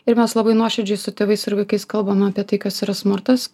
ir mes labai nuoširdžiai su tėvais ir vaikais kalbame apie tai kas yra smurtas